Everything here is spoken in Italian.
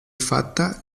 fatta